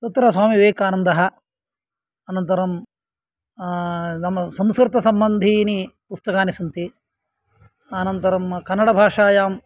तत्र स्वामीविवेकानन्दः अनन्तरं संस्कृतसम्बन्धीनि पुस्तकानि सन्ति अनन्तरं कन्नडभाषायां